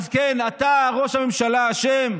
אז כן, אתה, ראש הממשלה, אשם.